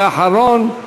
ואחרון,